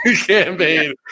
campaign